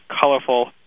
colorful